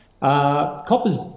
Copper's